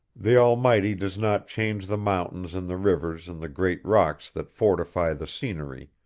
the almighty does not change the mountains and the rivers and the great rocks that fortify the scenery,